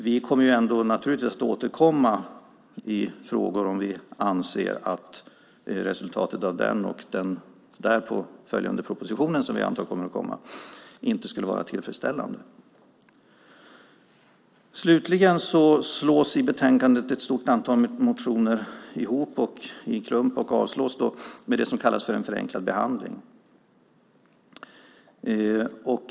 Vi kommer ändå att återkomma i frågor om vi anser att resultatet av den och den därpå följande propositionen, som vi antar kommer, inte skulle vara tillfredsställande. I betänkandet slås ett stort antal motioner ihop i klump och avstyrks med det som kallas för en förenklad behandling.